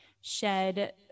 shed